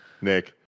Nick